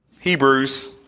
Hebrews